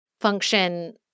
function